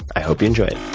i hope you enjoy it